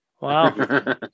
Wow